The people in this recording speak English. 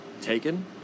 taken